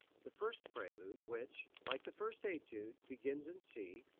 the first prelude, which, like the first etude, begins in c,